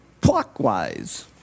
Clockwise